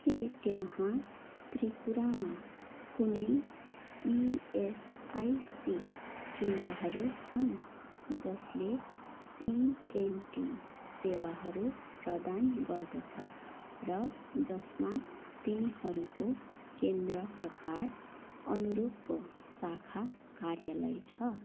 के त्यहाँ त्रिपुरामा कुनै इएसआइसी केन्द्रहरू छन् जसले इएनटी सेवाहरू प्रदान गर्दछ र जसमा तिनीहरूको केन्द्र प्रकारअनुरूपको शाखा कार्यालय छ